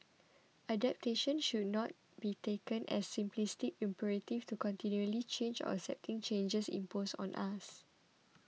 adaptation should not be taken as the simplistic imperative to continually change or accepting changes imposed on us